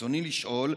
רצוני לשאול: